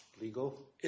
legal